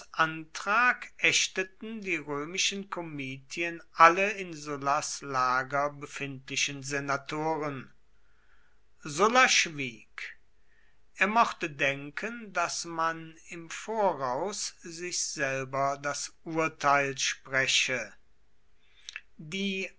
antrag ächteten die römischen komitien alle in sullas lager befindlichen senatoren sulla schwieg er mochte denken daß man im voraus sich selber das urteil spreche die